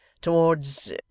Towards